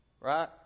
right